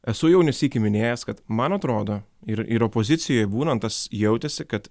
esu jau ne sykį minėjęs kad man atrodo ir ir opozicijoj būnant tas jautėsi kad